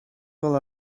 fel